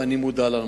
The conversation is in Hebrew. ואני מודע לנושא.